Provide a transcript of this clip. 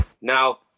Now